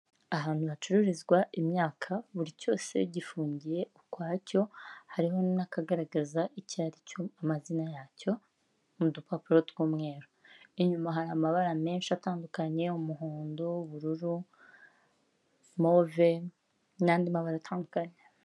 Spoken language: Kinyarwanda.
Ahantu hacururizwa imyaka buri cyose gifungiye ukwacyo, hariho n'akagaragaza icyo aricyo amazina yacyo mu dupapuro tw'umweru, inyuma hari amabara menshi atandukanye umuhondo, ubururu, move n'andi mabara atandukanye.